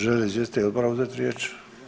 Žele li izvjestitelji odbora uzeti riječ?